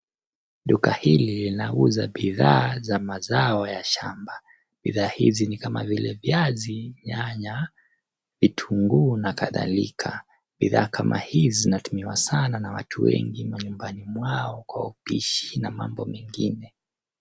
Duka hii linauza bidhaa za mazao ya shamba bidhaa hizi ni kama vile viazi nyanya vitunguu na kadhalika. Bidhaa kama hizi zinatumiwa sana na watu wengi manyumbani mwao kwa upishi na mambo mengine.